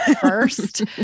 first